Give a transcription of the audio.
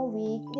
week